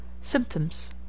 Symptoms